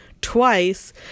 twice